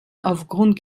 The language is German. aufgrund